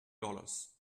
dollars